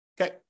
Okay